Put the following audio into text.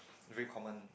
very common